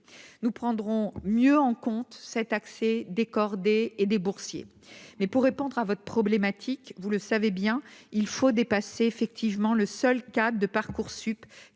nous prendrons mieux en compte cet accès des cordées et des boursiers, mais pour répondre à votre problématique, vous le savez bien, il faut dépasser effectivement le seul cas de Parcoursup